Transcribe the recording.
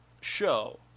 show